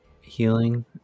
healing